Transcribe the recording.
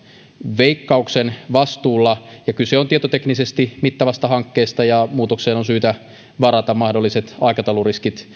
veikkauksen vastuulla kyse on tietoteknisesti mittavasta hankkeesta ja muutokseen on syytä varata mahdolliset aikatauluriskit